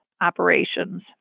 operations